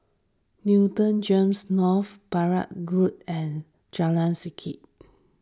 Newton Gems North Barker Road and Jalan Setia